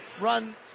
run